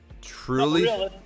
truly